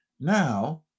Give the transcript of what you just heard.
Now